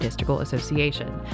Association